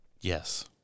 Yes